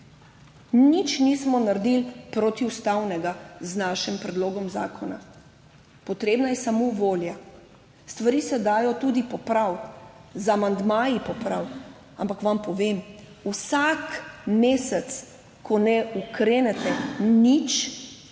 Nič nismo naredili protiustavnega z našim predlogom zakona. Potrebna je samo volja. Stvari se dajo tudi popraviti, z amandmaji popraviti. Ampak vam povem, vsak mesec, ko ne ukrenete nič, zdaj